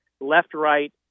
left-right